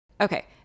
Okay